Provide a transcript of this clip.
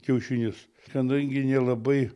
kiaušinius kadangi nelabai